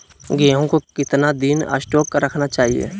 गेंहू को कितना दिन स्टोक रखना चाइए?